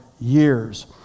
years